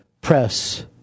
press